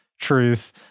truth